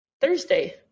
Thursday